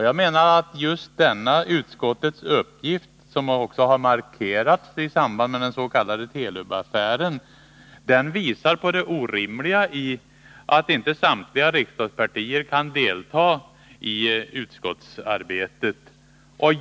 Jag menar att denna utskottets uppgift, som också markerats i samband med den s.k. Telubaffären, visar på det orimliga i att inte samtliga riksdagspartier kan delta i utskottsarbetet.